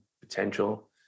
potential